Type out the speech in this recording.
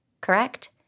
correct